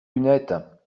lunettes